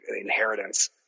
inheritance